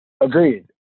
Agreed